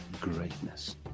greatness